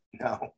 No